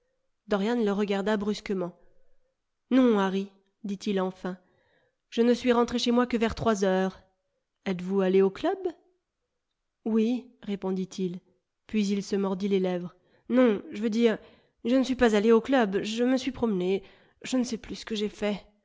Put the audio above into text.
dorian le regarda brusquement non harry dit-il enfin je ne suis rentré chez moi que vers trois heures etes-vous allé au club oui répondit-il puis il se mordit les lèvres non je veux dire je ne suis pas allé au club je me suis promené je ne sais plus ce que j'ai fait